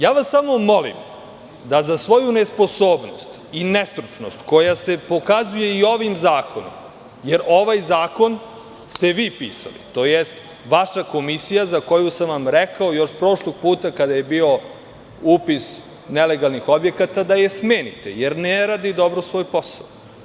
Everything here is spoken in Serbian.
Samo vas molim da za svoju nesposobnost i nestručnost koja se pokazuje i ovim zakonom, jer ovaj zakon ste vi pisali, odnosno vaša komisija za koju sam vam rekao još prošlog puta kada je bio upis nelegalnih objekata, da je smenite, jer ne radi dobro svoj posao.